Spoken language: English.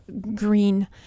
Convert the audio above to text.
green